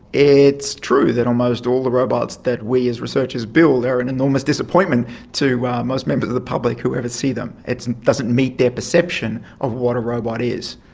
it's true that almost all the robots that we as researchers build are an enormous disappointment to most members of the public who ever see them. it doesn't meet their perception of what a robot is.